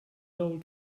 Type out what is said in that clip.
old